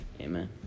Amen